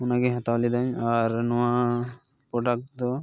ᱚᱱᱟ ᱜᱮᱧ ᱦᱟᱛᱟᱣ ᱞᱮᱫᱟᱹᱧ ᱟᱨ ᱱᱚᱣᱟ ᱯᱨᱳᱰᱟᱠᱴ ᱫᱚ